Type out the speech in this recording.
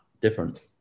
different